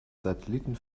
satelliten